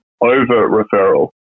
over-referral